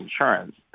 insurance